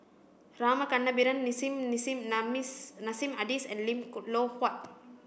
Rama Kannabiran Nissim Nassim Adis and Lim Loh Huat